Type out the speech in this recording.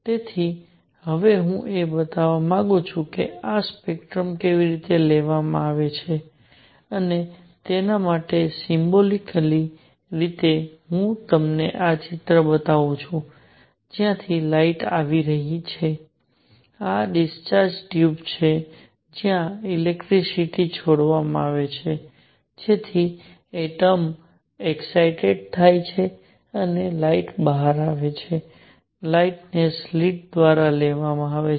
તેથી હવે હું એ બતાવવા માંગુ છું કે આ સ્પેક્ટ્રમ કેવી રીતે લેવામાં આવે છે અને તેના માટે સીમ્બોલિકલી રીતે હું તમને આ ચિત્ર બતાવું છું જ્યાંથી લાઇટ આવી રહી છે આ ડિસ્ચાર્જ ટ્યૂબ છે જ્યાં ઈલેક્ટ્રિસિટી છોડવામાં આવે છે જેથી એટમ્સ ઉત્સાહિત થાય અને લાઇટ બહાર આવે લાઇટ ને સ્લિટ દ્વારા લેવામાં આવે છે